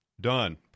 done